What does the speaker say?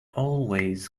always